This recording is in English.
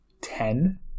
ten